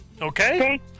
Okay